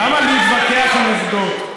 למה להתווכח עם עובדות?